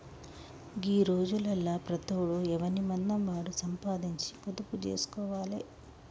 గీ రోజులల్ల ప్రతోడు ఎవనిమందం వాడు సంపాదించి పొదుపు జేస్కోవాలె